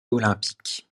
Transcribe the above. olympique